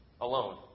alone